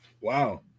Wow